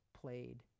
played